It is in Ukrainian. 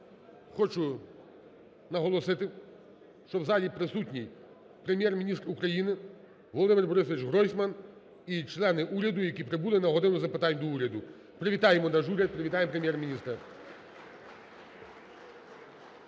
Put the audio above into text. хочу наголосити, що в залі присутній Прем'єр-міністр України Володимир Борисович Гройсман і члени уряду, які прибули на "годину запитань до Уряду". Привітаємо наш уряд, привітаємо Прем'єр-міністра.